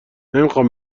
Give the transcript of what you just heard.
نمیخوام